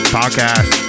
podcast